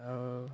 ଆଉ